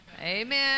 Amen